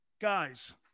Guys